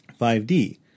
5d